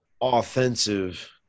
offensive